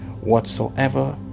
whatsoever